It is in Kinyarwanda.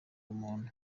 ubumuntu